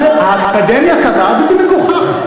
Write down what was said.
האקדמיה קבעה, וזה מגוחך.